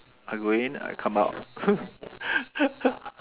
I go in I come out